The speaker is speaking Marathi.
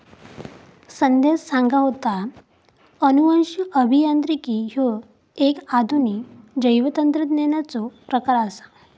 संध्या सांगा होता, अनुवांशिक अभियांत्रिकी ह्यो एक आधुनिक जैवतंत्रज्ञानाचो प्रकार आसा